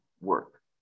work